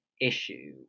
issue